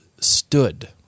stood